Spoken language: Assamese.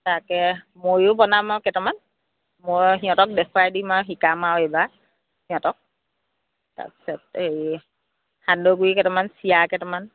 তাকে ময়ো বনাম আৰু কেইটামান মই সিহঁতক দেখুৱাই দিম আৰু শিকাম আৰু এইবাৰ সিহঁতক তাৰপিছত এই সান্দহগুড়ি কেইটামান চিৰা কেইটামান